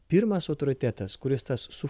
pirmas autoritetas kuris tas su